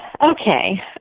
Okay